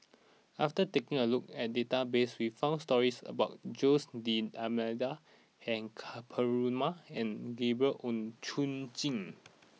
after taking a look at the database we found stories about Jose D'almeida Ka Perumal and Gabriel Oon Chong Jin